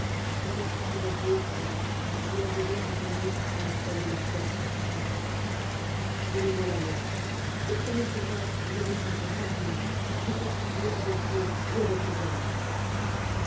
il m'en coûterait beaucoup si l'on devait en venir à employer la force contre vous donnez-moi la main et promettez-moi que vous redescendrez parmi nous réconcilié avec dieu et avec les hommes